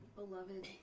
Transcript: beloved